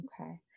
Okay